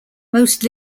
most